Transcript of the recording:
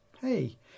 hey